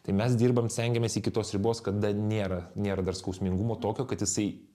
tai mes dirbam stengiamės iki tos ribos kada nėra nėra dar skausmingumo tokio kad jisai